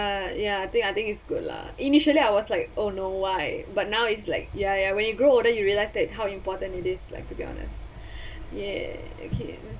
ya ya I think I think is good lah initially I was like oh no why but now it's like ya ya when you grow older you realize that how important it is like to be honest again ya okay